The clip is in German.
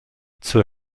zur